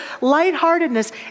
lightheartedness